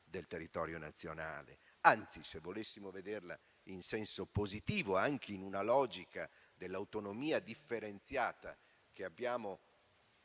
del territorio nazionale. Anzi, se volessimo vederla in senso positivo, anche nella logica dell'autonomia differenziata che abbiamo